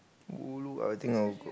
ulu I think I would